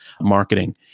marketing